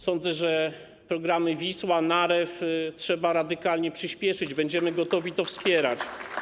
Sądzę, że programy ˝Wisła˝ i ˝Narew˝ trzeba radykalnie przyspieszyć, będziemy gotowi to wspierać.